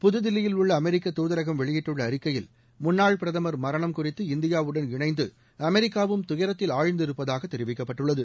புதுதில்லியில் உள்ள அமெரிக்க தூதகரம் வெளியிட்டுள்ள அறிக்கையில் முன்னாள் பிரதமர் மரணம் குறித்து இந்தியாவுடன் இணைந்து அமெரிக்காவும் துயரத்தில் ஆழ்ந்திருப்பதாக தெரிவிக்கப்பட்டுள்ளது